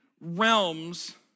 realms